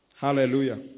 Hallelujah